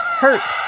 hurt